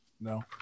No